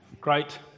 Great